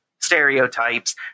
stereotypes